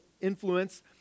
influence